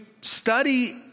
study